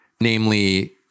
namely